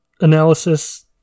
analysis